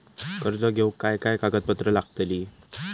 कर्ज घेऊक काय काय कागदपत्र लागतली?